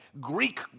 Greek